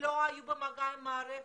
ילדים לא היו במגע עם המערכת?